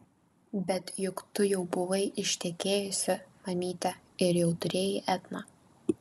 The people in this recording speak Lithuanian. bet juk tu jau buvai ištekėjusi mamyte ir jau turėjai etną